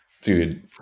Dude